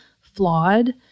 flawed